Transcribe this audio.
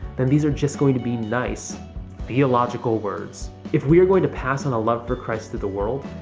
and these are just going to be nice theological words. if we are going to pass on a love for christ to the world,